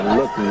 look